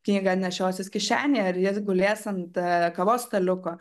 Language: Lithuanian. knygą nešiosis kišenėj ar ji gulės ant kavos staliuko